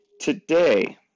today